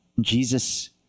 Jesus